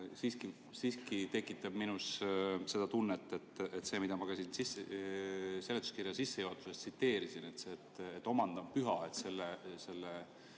siiski tekitab minus seda tunnet, et see, mida ma ka siit seletuskirja sissejuhatusest tsiteerisin, et omand on püha, selle